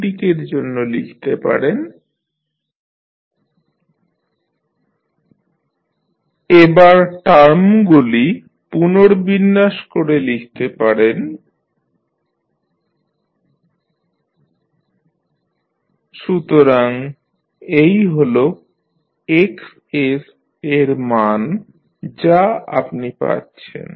এই দিকের জন্য লিখতে পারেন sXs x0AXs এবার টার্মগুলি পুনর্বিন্যাস করে লিখতে পারেন XssI A 1x0 সুতরাং এই হল Xs এর মান যা আপনি পাচ্ছেন